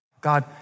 god